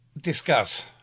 Discuss